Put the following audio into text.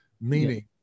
meaning